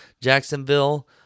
Jacksonville